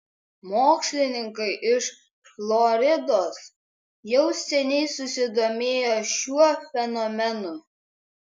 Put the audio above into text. mokslininkai iš floridos jau seniai susidomėjo šiuo fenomenu